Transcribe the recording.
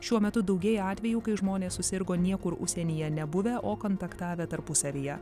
šiuo metu daugėja atvejų kai žmonės susirgo niekur užsienyje nebuvę o kontaktavę tarpusavyje